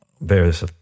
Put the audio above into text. various